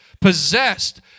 Possessed